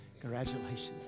Congratulations